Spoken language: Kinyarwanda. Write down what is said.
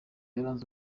yaranze